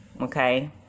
okay